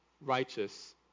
righteous